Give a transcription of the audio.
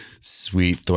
sweet